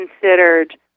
considered